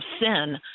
sin